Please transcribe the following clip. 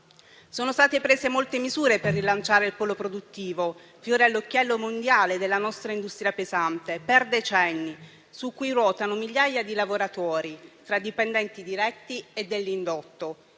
Sono state prese molte misure per rilanciare il polo produttivo, fiore all'occhiello mondiale della nostra industria pesante per decenni, su cui ruotano migliaia di lavoratori tra dipendenti diretti e dell'indotto